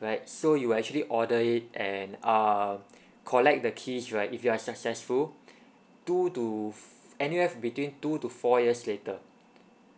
right so you will actually order it and err collect the keys right if you are successful two to anywhere between two to four years later